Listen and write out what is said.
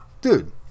dude